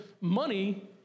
money